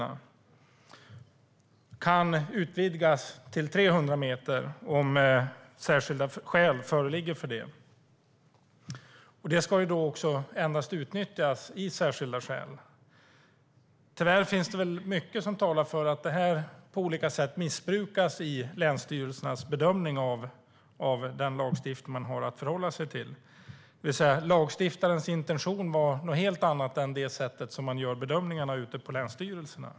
Det kan utvidgas till 300 meter om särskilda skäl föreligger för det. Det ska då utnyttjas endast vid särskilda skäl. Tyvärr finns det väl mycket som talar för att det på olika sätt missbrukas i länsstyrelsernas bedömning av den lagstiftning man har att förhålla sig till, det vill säga lagstiftarens intention var något helt annat än det sätt som man gör bedömningarna på ute på länsstyrelserna.